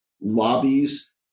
lobbies